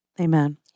amen